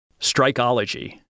Strikeology